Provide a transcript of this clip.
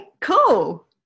Cool